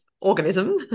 organism